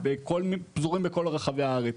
פזורים בכל רחבי הארץ.